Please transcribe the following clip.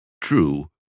True